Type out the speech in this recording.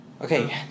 Okay